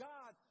God